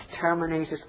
terminated